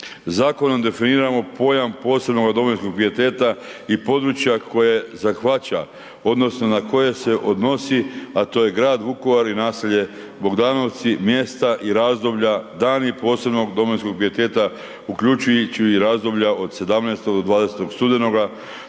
Zakonom definiramo pojam posebnog domovinskog pijeteta i područja koje zahvaća odnosno na koje se odnosi, a to je grad Vukovar i naselje Bogdanovci, mjesta i razdoblja, dani posebnog domovinskog pijeteta uključujući i razdoblja od 17. do 20. studenoga,